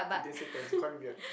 did they say thanks you call him weird